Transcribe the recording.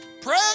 pray